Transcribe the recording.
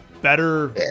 better